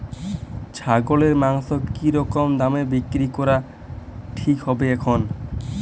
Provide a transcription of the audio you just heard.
ছাগলের মাংস কী রকম দামে বিক্রি করা ঠিক হবে এখন?